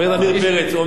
חבר הכנסת עמיר פרץ,